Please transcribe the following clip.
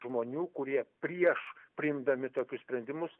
žmonių kurie prieš priimdami tokius sprendimus